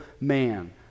man